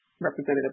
representative